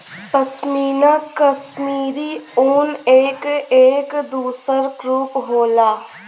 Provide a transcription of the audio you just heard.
पशमीना कशमीरी ऊन क एक दूसर रूप होला